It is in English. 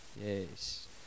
yes